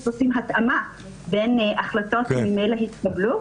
עושים התאמה בין החלטות שממילא התקבלו.